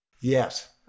Yes